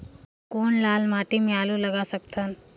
कौन लाल माटी म आलू लगा सकत हन?